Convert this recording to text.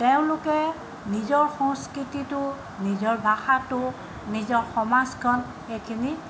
তেওঁলোক নিজৰ সংস্কৃতিটো নিজৰ ভাষাটো নিজৰ সমাজখন সেইখিনি